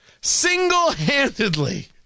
single-handedly